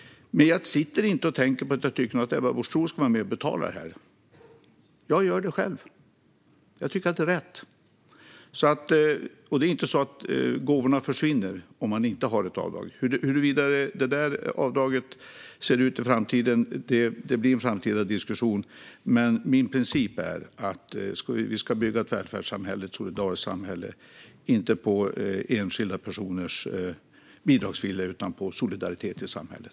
Men jag sitter inte och tänker att jag nog tycker att Ebba Busch Thor ska vara med och betala. Jag gör det själv. Jag tycker att det är rätt. Det är inte så att gåvorna försvinner om man inte har ett avdrag. Hur avdraget ska se ut framöver blir en framtida diskussion, men min princip är att vi ska bygga ett solidariskt välfärdssamhälle inte på enskilda personers bidragsvilja utan på solidaritet i samhället.